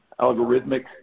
algorithmic